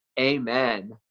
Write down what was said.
Amen